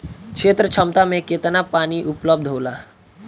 क्षेत्र क्षमता में केतना पानी उपलब्ध होला?